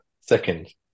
Second